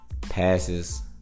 Passes